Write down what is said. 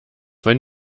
wenn